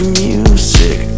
music